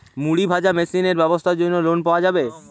মুড়ি ভাজা মেশিনের ব্যাবসার জন্য লোন পাওয়া যাবে?